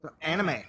anime